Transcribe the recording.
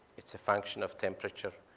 it's a function of temperature.